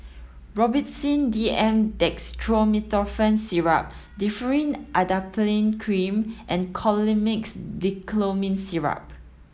Robitussin D M Dextromethorphan Syrup Differin Adapalene Cream and Colimix Dicyclomine Syrup